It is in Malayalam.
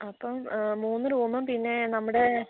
അപ്പം മൂന്ന് റൂമും പിന്നെ നമ്മുടെ